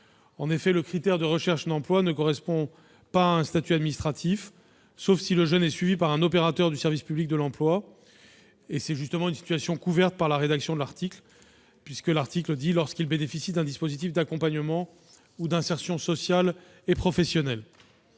En effet, le critère de recherche d'emploi ne correspond pas à un statut administratif, sauf si le jeune est suivi par un opérateur du service public de l'emploi. C'est justement une situation couverte par la rédaction de l'article, qui précise que le jeune satisfait à l'obligation de formation « lorsqu'il bénéficie d'un dispositif d'accompagnement ou d'insertion sociale et professionnelle ».